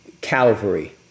Calvary